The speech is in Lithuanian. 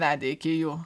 vedė iki jų